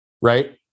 right